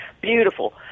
beautiful